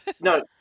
No